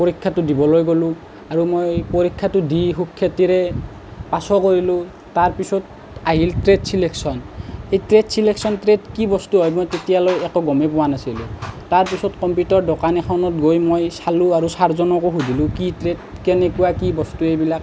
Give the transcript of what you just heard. পৰীক্ষাটো দিবলৈ গ'লোঁ আৰু মই পৰীক্ষাটো দি সুখ্যাতিৰে পাছো কৰিলোঁ তাৰপিছত আহিল ট্ৰেড চিলেকশ্যন এই ট্ৰেড চিলেকশ্যন ট্ৰেড কি বস্তু হয় মই তেতিয়ালৈ একো গমেই পোৱা নাছিলো তাৰপিছত কম্পিউটাৰ দোকান এখনত গৈ মই চালোঁ আৰু চাৰজনকো সুধিলো কি ট্ৰেড কেনেকুৱা কি বস্তু এইবিলাক